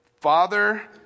Father